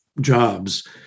jobs